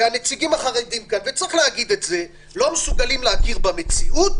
וצריך להגיד שהנציגים החרדים לא מסוגלים להכיר במציאות,